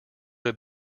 have